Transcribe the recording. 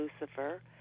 Lucifer